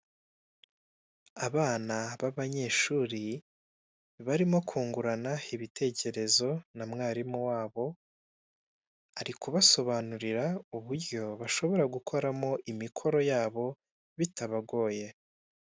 Abana b'abanyeshuri barimo kungurana ibitekerezo na mwarimu wabo arikubasobanurira uburyo bashobora gukoramo umukoro wabo bitabagoye.